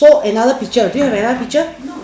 another picture do you have another picture